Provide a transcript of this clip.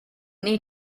need